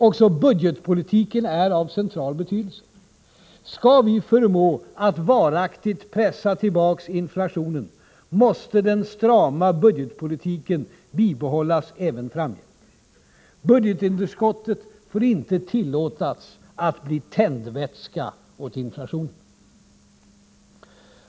Också budgetpolitiken är av central betydelse. Skall vi förmå att varaktigt pressa tillbaka inflationen, måste den strama budgetpolitiken bibehållas även framgent. Budgetunderskottet får inte tillåtas att bli tändvätska åt inflationen.